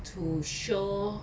to show